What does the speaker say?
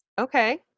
okay